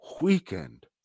weekend